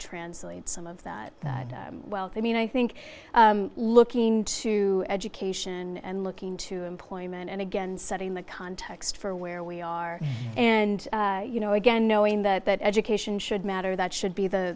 translate some of that wealth i mean i think looking into education and looking into employment and again setting the context for where we are and you know again knowing that that education should matter that should be the